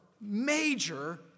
major